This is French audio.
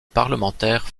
parlementaire